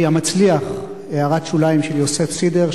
המצליח "הערת שוליים" של יוסף סידר,